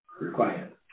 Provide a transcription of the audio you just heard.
required